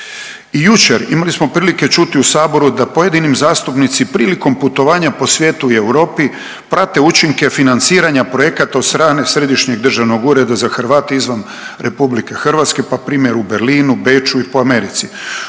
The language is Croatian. I jučer imali smo prilike čuti u saboru da pojedini zastupnici prilikom putovanja po svijetu i Europi prate učinke financiranja projekata od strane Središnjeg državnog ureda za Hrvate izvan RH, pa primjer u Berlinu, Beču i po Americi,